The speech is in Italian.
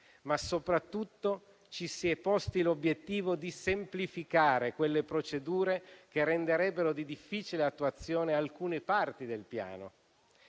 Soprattutto, però, ci si è posti l'obiettivo di semplificare le procedure che renderebbero di difficile attuazione alcune parti del Piano.